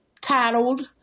titled